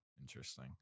Interesting